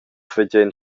fagein